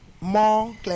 More